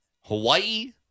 Hawaii